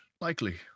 likely